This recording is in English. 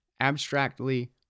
Abstractly